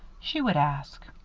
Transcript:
she would ask.